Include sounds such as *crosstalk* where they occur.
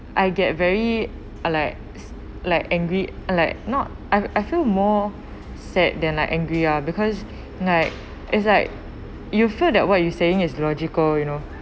I get very uh like s~ like angry like not I I feel more sad than like angry ah because *breath* like it's like you feel that what you saying is logical you know